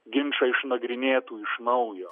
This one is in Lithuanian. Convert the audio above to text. ginčą išnagrinėtų iš naujo